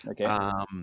Okay